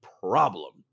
problem